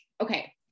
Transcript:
Okay